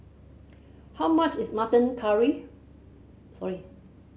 how much is mutton carry sorry